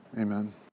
amen